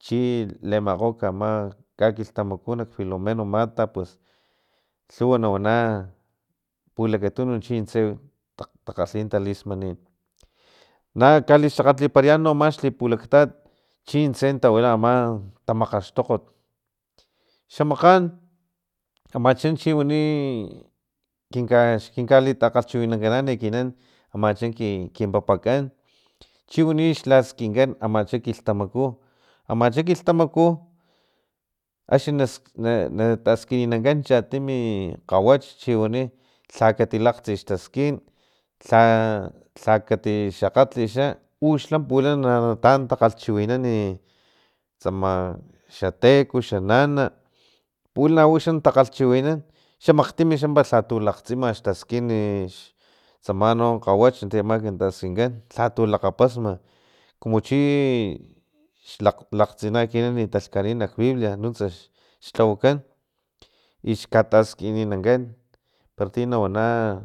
Chi leemakgokg ama kakilhtamaku nak filomeno mata pus lhuwa na wana pulakatunu chintse takgalhi talismanin. nakalixakgatliparayan no ama xipulaktat chintse tawila ama tamakgaxtokgot xamakgan amacha chiwani i xkinka takgalhchiwinankanan ekinan amacha kin papa kan chiwani xlaskinkan amacha kilhtamaku amacha kilhtamaku axni na na naskininankan chatin chatimi kgawach chiwani lha katilakgtsi xtaskin lha lhakati xakgatli xa uxa pulana nataan takalhchiwinan tsama xateco xananapulana uxa natakgalchiwinan xamakgtim pa lhatu lakgtsima xtaskin tsama no kgawach ti ama taamak taskinkan lhatu lakgapasma komo chi laktsina ekinan litalhkani nak biblia nuntsa xlhawakan i xtaskininankan para ti nawana